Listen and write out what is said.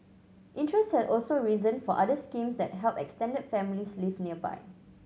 interest has also risen for other schemes that help extended families live nearby